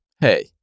hey